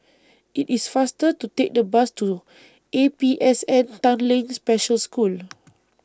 IT IS faster to Take The Bus to A P S N Tanglin Special School